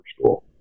school